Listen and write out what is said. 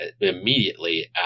immediately